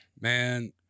Man